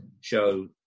show